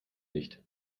nicht